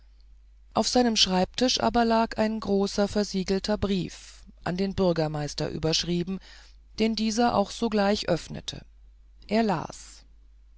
auf seinem arbeitstisch aber lag ein großer versiegelter brief an den bürgermeister überschrieben den dieser auch so gleich öffnete er las